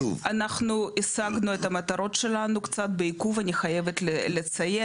אנחנו השגנו את המטרות שלנו קצת בעיכוב אני חייבת לציין,